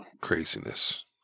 craziness